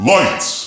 Lights